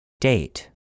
Date